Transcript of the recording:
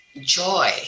joy